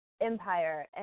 empire